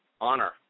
honor